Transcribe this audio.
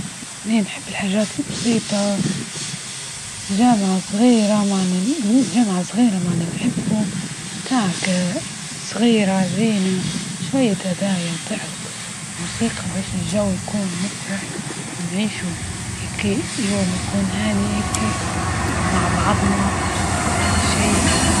إني نحب الحاجات البسيطة، جامعة صغيرة جامعة صغيرة مع اللي نحبهم كعكة صغيرة زينة، شوية هدايا وضحك، موسيقى باش الجو يكون مفرح ونعيشو هكي يوم يكون هادي هكي مع بعضنا فأي شيء.